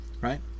right